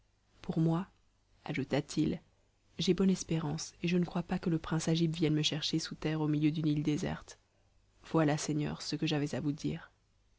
pour moi ajouta-t-il j'ai bonne espérance et je ne crois pas que le prince agib vienne me chercher sous terre au milieu d'une île déserte voilà seigneur ce que j'avais à vous dire